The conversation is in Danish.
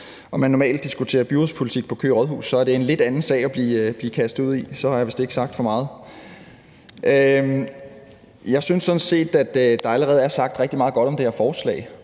og man normalt diskuterer byrådspolitik på Køge Rådhus – så er det en lidt anden sag at blive kastet ud i. Så har jeg vist ikke sagt for meget. Jeg synes sådan set, at der allerede er sagt rigtig meget godt om det her forslag.